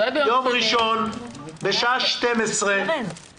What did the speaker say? ביום ראשון בשעה 12:00